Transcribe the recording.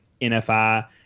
NFI